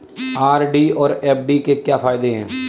RD और FD के क्या फायदे हैं?